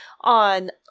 on